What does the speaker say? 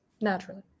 naturally